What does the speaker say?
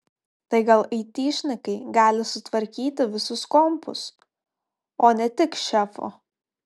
tai gal aitišnikai gali sutvarkyti visus kompus o ne tik šefo